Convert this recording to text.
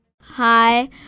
Hi